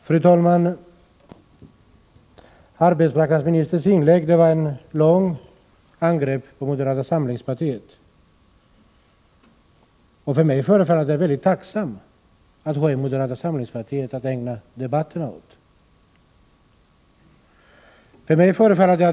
Fru talman! Arbetsmarknadsministerns inlägg var ett enda långt angrepp på moderata samlingspartiet. För mig förefaller det väldigt tacksamt att ha moderata samlingspartiet att ägna debatterna åt.